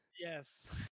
Yes